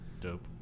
Dope